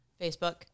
Facebook